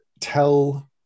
tell